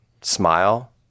smile